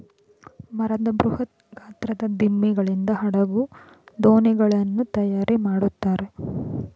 ಮರದ ಬೃಹತ್ ಗಾತ್ರದ ದಿಮ್ಮಿಗಳಿಂದ ಹಡಗು, ದೋಣಿಗಳನ್ನು ತಯಾರು ಮಾಡುತ್ತಾರೆ